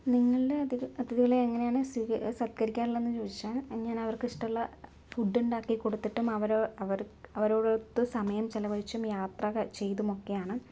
നിങ്ങളുടെ അതിഥികളെ എങ്ങനെയാണ് സൽ സൽക്കരിക്കാറുള്ളത് എന്ന് ചോദിച്ചാൽ ഞാൻ അവർക്ക് ഇഷ്ടമുള്ള ഫുഡ് ഉണ്ടാക്കി കൊടുത്തിട്ടും അവ അവരോ അവരോടൊത്ത് സമയം ചെലവഴിച്ചും യാത്ര ചെയ്തും ഒക്കെയാണ്